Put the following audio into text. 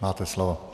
Máte slovo.